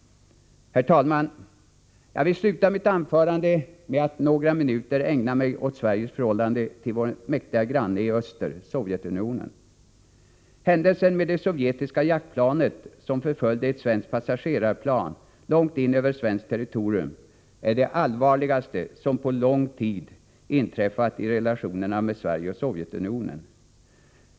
Herr talman! Jag vill sluta mitt anförande med att några minuter ägna mig åt Sveriges förhållande till vår mäktiga granne i öster, Sovjetunionen. Händelsen med det sovjetiska jaktplanet som förföljde ett svenskt passagerarplan långt in över svenskt territorium är det allvarligaste som på lång tid inträffat i relationerna mellan Sverige och Sovjetunionen.